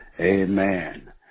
Amen